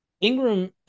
Ingram